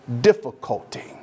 difficulty